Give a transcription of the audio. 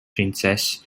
princess